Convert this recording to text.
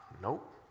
nope